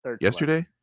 yesterday